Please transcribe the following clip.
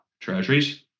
Treasuries